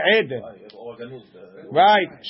Right